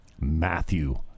Matthew